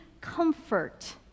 comfort